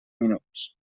minuts